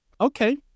okay